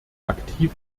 aktiv